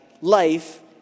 life